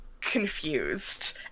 confused